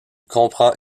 comprend